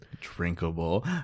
drinkable